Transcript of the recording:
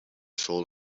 sold